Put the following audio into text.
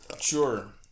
Sure